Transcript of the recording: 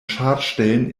schadstellen